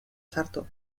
sartu